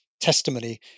testimony